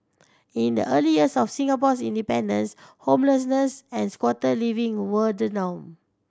in the early years of Singapore's independence homelessness and squatter living were the norm